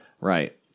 Right